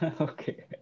Okay